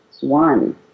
one